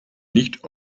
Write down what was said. nicht